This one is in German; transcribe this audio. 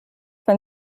wenn